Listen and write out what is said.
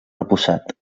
repussat